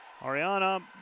Ariana